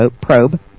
probe